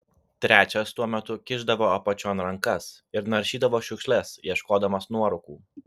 trečias tuo metu kišdavo apačion rankas ir naršydavo šiukšles ieškodamas nuorūkų